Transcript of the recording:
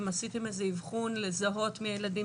האם עשיתם איזה אבחון לזהות מי הילדים